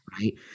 right